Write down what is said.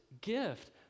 gift